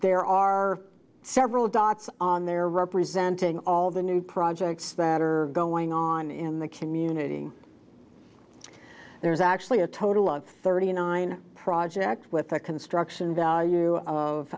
there are several dots on there representing all the new projects that are going on in the community there's actually a total of thirty nine project with a construction value